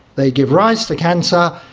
they give rise to cancer,